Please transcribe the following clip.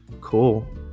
Cool